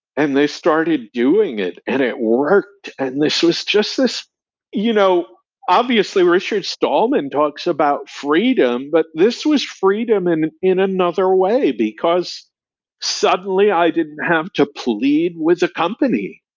and they started doing it and it worked, and this was just this you know obviously, richard stallman talks about freedom, but this was freedom and in another way, because suddenly i didn't have to plead with a company,